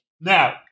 Now